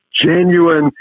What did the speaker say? genuine